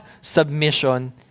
submission